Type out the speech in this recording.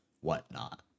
whatnot